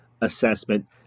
assessment